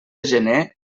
gener